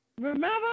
remember